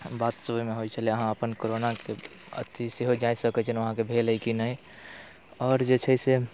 बात सब ओहिमे होइ छलै अहाँ अपन कोरोनाके अथी सेहो जाँचि सकै छलहुँ अहाँके भेल अइ कि नहि आओर जे छै से